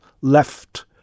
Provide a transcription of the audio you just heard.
left